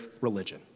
religion